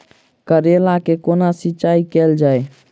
करैला केँ कोना सिचाई कैल जाइ?